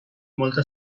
molta